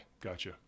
gotcha